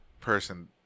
person